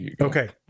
Okay